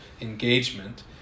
engagement